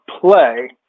play